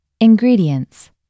ingredients